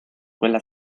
quella